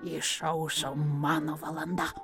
išaušo mano valanda